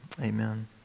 amen